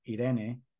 Irene